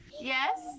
Yes